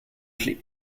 clef